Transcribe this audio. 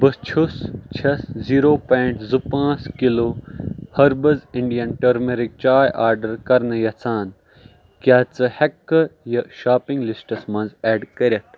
بہٕ چھُس چھَس زیٖرو پوینٛٹ زٕ پانٛژھ کِلوٗ ۂربٕز اِنڈین ٹٔرمٔرِک چاے آرڈر کرنہٕ یژھان کیٛاہ ژٕ ہیٚککھٕ یہِ شاپنگ لسٹَس منٛز ایڈ کٔرِتھ